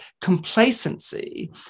complacency